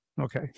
Okay